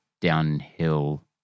downhill